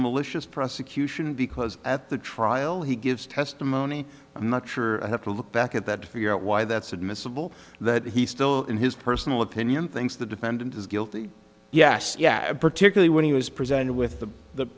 malicious prosecution because at the trial he gives testimony i'm not sure i have to look back at that to figure out why that's admissible that he still in his personal opinion thinks the defendant is guilty yes yeah particularly when he was presented with the the